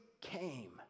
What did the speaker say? came